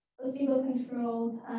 placebo-controlled